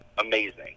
amazing